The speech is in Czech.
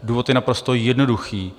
Důvod je naprosto jednoduchý.